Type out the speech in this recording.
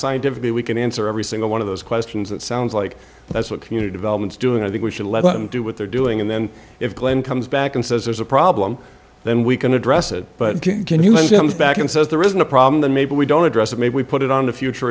scientifically we can answer every single one of those questions it sounds like that's what community development is doing i think we should let them do what they're doing and then if glen comes back and says there's a problem then we can address it but can you have him back and says there isn't a problem that maybe we don't address it maybe we put it on the future